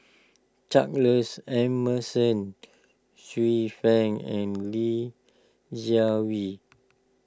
Charles Emmerson Xiu Fang and Li Jiawei